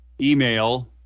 email